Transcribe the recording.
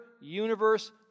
universe